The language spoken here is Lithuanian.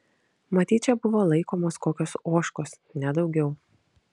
matyt čia buvo laikomos kokios ožkos nedaugiau